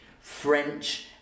french